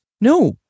No